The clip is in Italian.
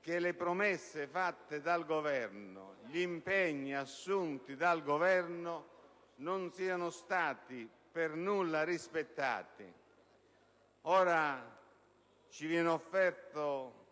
che le promesse fatte dal Governo, gli impegni assunti dal Governo non siano stati per nulla rispettati. Ora ci viene offerto